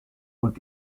und